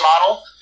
model